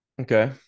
Okay